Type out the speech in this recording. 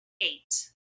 eight